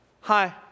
Hi